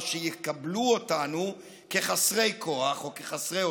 שיקבלו אותנו כחסרי כוח או כחסרי עוצמה.